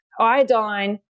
iodine